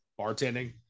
bartending